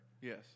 Yes